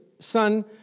Son